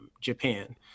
Japan